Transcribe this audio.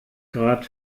grad